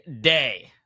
day